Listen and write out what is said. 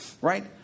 Right